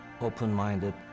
open-minded